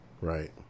Right